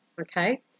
okay